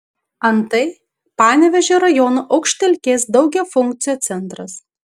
antai panevėžio rajono aukštelkės daugiafunkcio centras